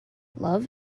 love